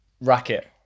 racket